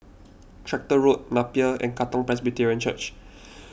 Tractor Road Napier and Katong Presbyterian Church